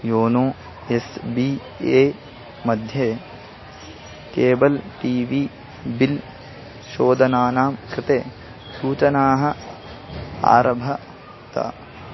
YONO S B A मध्ये cable T V bill शोधनानां कृते सूचनाः आरभत